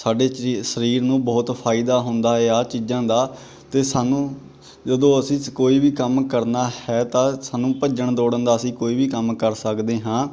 ਸਾਡੇ ਜ ਸਰੀਰ ਨੂੰ ਬਹੁਤ ਫਾਇਦਾ ਹੁੰਦਾ ਏ ਆਹ ਚੀਜ਼ਾਂ ਦਾ ਅਤੇ ਸਾਨੂੰ ਜਦੋਂ ਅਸੀਂ ਕੋਈ ਵੀ ਕੰਮ ਕਰਨਾ ਹੈ ਤਾਂ ਸਾਨੂੰ ਭੱਜਣ ਦੌੜਨ ਦਾ ਅਸੀਂ ਕੋਈ ਵੀ ਕੰਮ ਕਰ ਸਕਦੇ ਹਾਂ